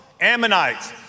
Ammonites